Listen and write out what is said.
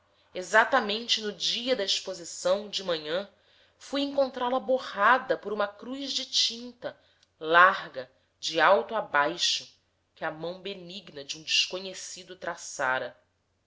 exatamente no dia da exposição de manhã fui encontrá-la borrada por uma cruz de tinta larga de alto a baixo que a mão benigna de um desconhecido traçara